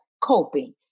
coping